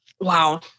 Wow